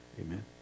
Amen